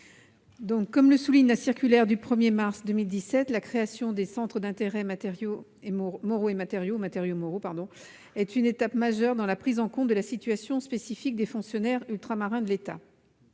Comme le souligne la circulaire du 1 mars 2017, la création des centres des intérêts matériels et moraux est une étape majeure dans la prise en compte de la situation spécifique des fonctionnaires ultramarins de l'État.